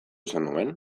zenuen